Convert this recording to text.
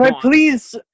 please